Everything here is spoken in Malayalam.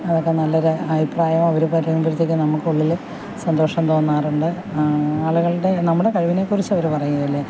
അതൊക്കെ നല്ല ഒരു അഭിപ്രായവും അവർ പറയുമ്പോഴത്തേക്ക് നമുക്ക് ഉള്ളിൽ സന്തോഷം തോന്നാറുണ്ട് ആളുകളുടെ നമ്മുടെ കഴിവിനെ കുറിച്ച് അവർ പറയുകയില്ല